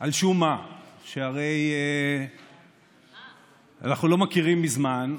על שום מה, שהרי אנחנו לא מכירים מזמן.